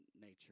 nature